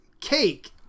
Cake